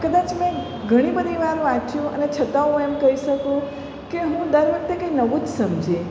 કદાચ મેં ઘણી બધી વાર વાંચ્યું અને છતાં હું એમ કહી શકું કે હું દરવખતે કંઈ નવું જ સમજી